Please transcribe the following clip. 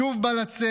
שוב בא לצאת,